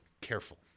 Careful